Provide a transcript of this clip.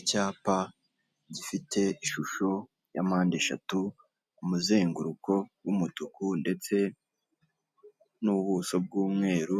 Icyapa gifite ishusho ya mpandeshatu ku muzenguruko w'umutuku ndetse n'ubuso bw'umweru,